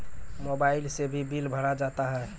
Mobile से भी bill भरा जाता हैं?